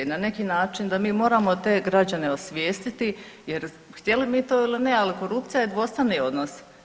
I na neki način da mi moramo te građane osvijestiti jer htjeli mi to ili ne ali korupcija je dvostrani odnos.